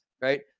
right